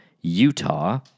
utah